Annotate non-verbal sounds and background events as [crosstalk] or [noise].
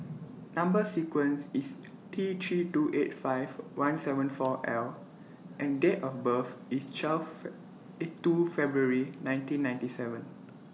Number sequence IS T three two eight five one seven four L and Date of birth IS [unintelligible] Fee IS two February nineteen ninety seven